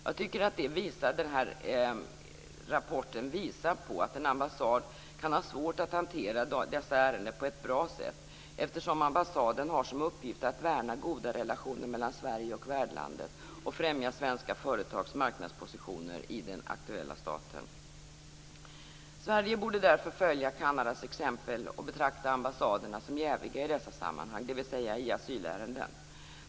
Jag tycker att rapporten visar att en ambassad kan ha svårt att hantera dessa ärenden på ett bra sätt eftersom ambassaden har som uppgift att värna goda relationer mellan Sverige och värdlandet och främja svenska företags marknadspositioner i den aktuella staten. Sverige borde därför följa Kanadas exempel och betrakta ambassaderna som jäviga i dessa sammanhang, dvs. i asylärenden.